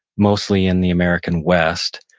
mostly in the american west.